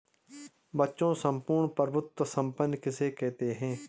बच्चों सम्पूर्ण प्रभुत्व संपन्न किसे कहते हैं?